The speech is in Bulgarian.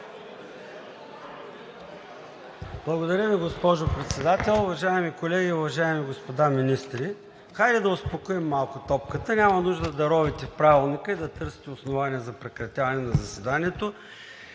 Благодаря Ви, госпожо Председател. Уважаеми колеги, уважаеми господа министри! Хайде да успокоим малко топката. Няма нужда да ровите в Правилника и да търсите основание за прекратяване на заседанието,